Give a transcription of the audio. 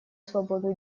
свободу